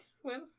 swim